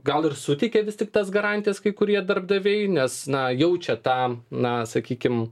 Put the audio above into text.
gal ir suteikia vis tik tas garantijas kai kurie darbdaviai nes na jaučia tą na sakykim